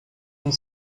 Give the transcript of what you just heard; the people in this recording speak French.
une